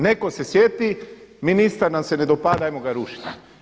Netko se sjeti ministar nam se ne dopada hajmo ga rušit